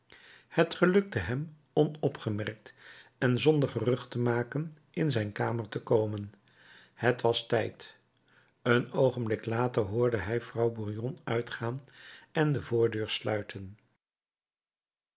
het gelukte hem onopgemerkt en zonder gerucht te maken in zijn kamer te komen het was tijd een oogenblik later hoorde hij vrouw burgon uitgaan en de voordeur sluiten